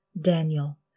Daniel